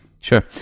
Sure